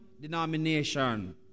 denomination